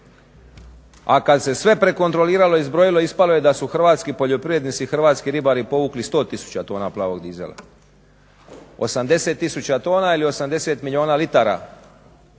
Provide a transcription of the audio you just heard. a kada se sve prekontroliralo i izbrojilo ispalo je da su hrvatski poljoprivrednici i hrvatski ribari povukli 100 tisuća tona plavog dizela. 80 tisuća tona ili 80 milijuna litara